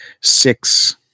six